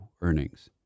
earnings